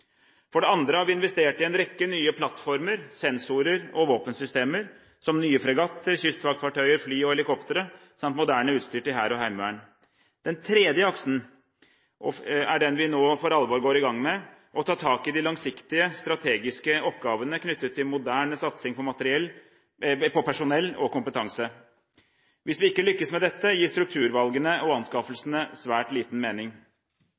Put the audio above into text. For det andre har vi investert i en rekke nye plattformer, sensorer og våpensystemer, som nye fregatter, kystvaktfartøyer, fly og helikoptre samt moderne utstyr til Hæren og Heimevernet. Den tredje aksen er den vi nå for alvor går i gang med: å ta tak i de langsiktige, strategiske oppgavene knyttet til moderne satsing på personell og kompetanse. Hvis vi ikke lykkes med dette, gir strukturvalgene og anskaffelsene svært liten mening.